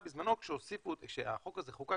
בזמנו, עת החוק הזה חוקק,